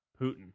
Putin